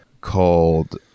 called